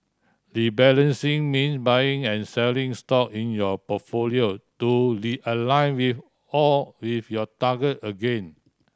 rebalancing means buying and selling stock in your portfolio to realign with all with your target again